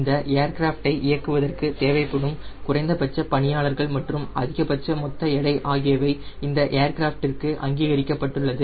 இந்த ஏர்கிராஃப்டை இயக்குவதற்கு தேவைப்படும் குறைந்தபட்ச பணியாளர்கள் மற்றும் அதிகபட்ச மொத்த எடை ஆகியவை இந்த ஏர்கிராஃப்டிற்கு அங்கீகரிக்கப்பட்டுள்ளது